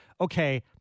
okay